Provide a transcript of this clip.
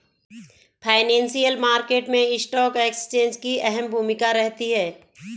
financial market मैं stock exchange की अहम भूमिका रहती है